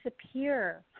disappear